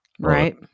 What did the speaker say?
right